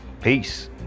peace